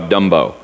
Dumbo